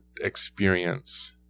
experience